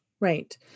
Right